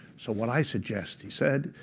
so what i suggest, he said,